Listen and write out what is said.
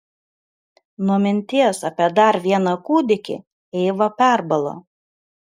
nuo minties apie dar vieną kūdikį eiva perbalo